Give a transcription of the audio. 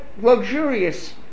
luxurious